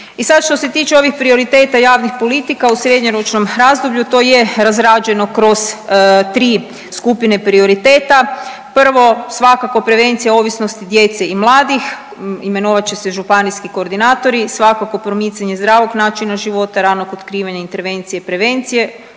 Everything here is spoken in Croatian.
I sad što se tiče ovih prioriteta javnih politika u srednjeročnom razdoblju to je razrađeno kroz 3 skupine prioriteta. Prvo svakako prevencija ovisnosti djece i mladih, imenovat će se županijski koordinatori, svakako promicanje zdravog načina života, ranog otkrivanja intervencije i prevencije,